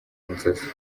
inzozi